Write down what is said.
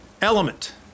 Element